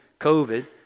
covid